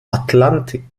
atlantik